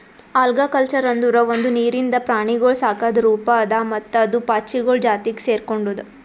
algaculture ಅಂದುರ್ ಒಂದು ನೀರಿಂದ ಪ್ರಾಣಿಗೊಳ್ ಸಾಕದ್ ರೂಪ ಅದಾ ಮತ್ತ ಅದು ಪಾಚಿಗೊಳ್ ಜಾತಿಗ್ ಸೆರ್ಕೊಂಡುದ್